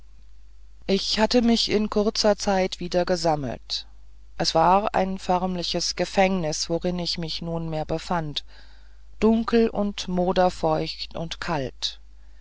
ich hatte mich in kurzer zeit wieder gesammelt es war ein förmliches gefängnis worin ich mich nunmehr befand dunkel und moderfeucht und kalt